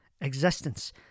existence